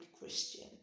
Christian